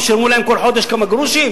וישלמו להם כל חודש כמה גרושים?